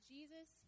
Jesus